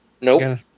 Nope